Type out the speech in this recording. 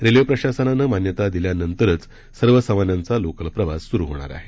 railway प्रशासनानं मान्यता दिल्यानंतरच सर्वसामान्यांचा लोकल प्रवास सुरू होणार आहे